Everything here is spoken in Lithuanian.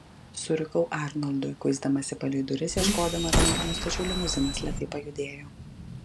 surikau arnoldui kuisdamasi palei duris ieškodama rankenos tačiau limuzinas lėtai pajudėjo